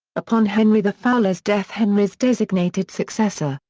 upon henry the fowler's death henry's designated successor,